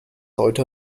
heute